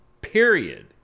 period